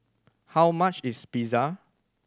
how much is Pizza